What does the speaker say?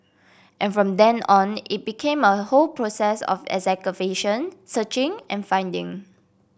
and from then on it became a whole process of excavation searching and finding